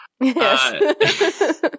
Yes